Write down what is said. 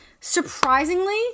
Surprisingly